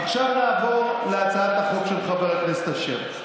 עכשיו נעבור להצעת החוק של חבר הכנסת אשר.